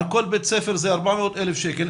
על כל בית ספר זה 400,000 שקל.